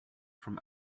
from